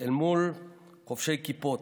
אל מול חובשי כיפות,